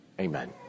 amen